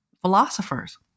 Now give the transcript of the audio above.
philosophers